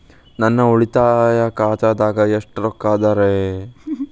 ನನ್ನ ಉಳಿತಾಯ ಖಾತಾದಾಗ ಎಷ್ಟ ರೊಕ್ಕ ಅದ ರೇ?